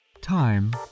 time